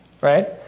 right